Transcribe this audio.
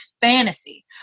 fantasy